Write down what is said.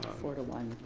four to one.